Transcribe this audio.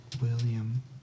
William